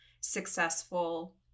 successful